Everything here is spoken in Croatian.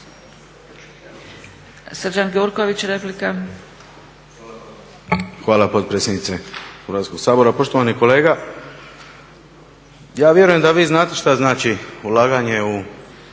Srđan Gjurković, replika.